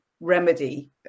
remedy